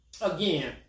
again